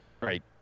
Right